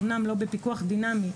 אמנם לא בפיקוח דינמי,